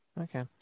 okay